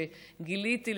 שגיליתי,